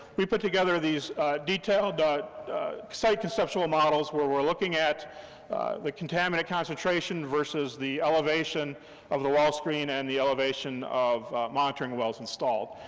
we put together these detailed but site conceptual models, where we're looking at the contaminant concentration, versus the elevation of the wall screen, and the elevation of monitoring wells installed.